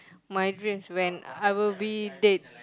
my dreams when I will be dead